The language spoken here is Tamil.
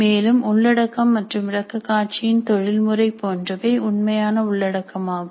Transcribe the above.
மேலும் உள்ளடக்கம் மற்றும் விளக்க காட்சியின் தொழில்முறை போன்றவை உண்மையான உள்ளடக்கமாகும்